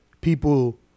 people